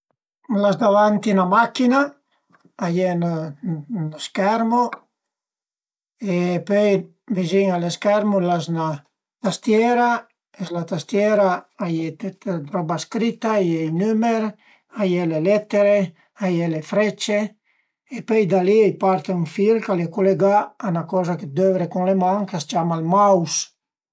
L'as davanti 'na machin-a, a ie ën schermo e pöi vizin a lë schermo l'as 'na tastiera, s'la tastiera a ie tüt dë roba scrita, a ie i nümer, a ie le lettere, a ie le frecce e pöi da li a i part ën fil ch'al e culegà a 'na coza che dövre cun le man ch'a së ciama ël mouse